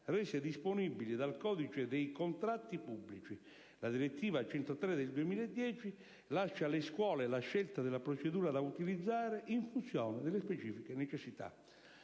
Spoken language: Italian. rese disponibili dal codice dei contratti pubblici. La direttiva n. 103 del 2010 lascia alle scuole la scelta della procedura da utilizzare, in funzione delle specifiche necessità.